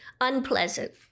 unpleasant